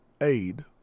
aid